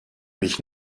mich